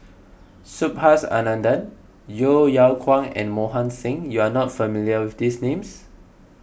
Subhas Anandan Yeo Yeow Kwang and Mohan Singh you are not familiar with these names